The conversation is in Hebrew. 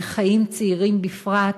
וחיים צעירים בפרט,